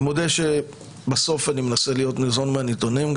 אני מודה שבסוף אני מנסה להיות ניזון מהנתונים,